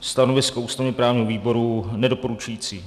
Stanovisko ústavněprávního výboru nedoporučující.